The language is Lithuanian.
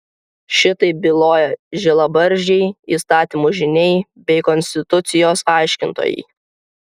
šitaip byloja žilabarzdžiai įstatymų žyniai bei konstitucijos aiškintojai